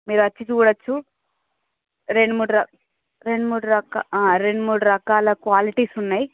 మీరు వచ్చి చూడచ్చు రెండు మూడు ర రెండు మూడు రక రెండు మూడు రకాల క్వాలిటీస్ ఉన్నాయి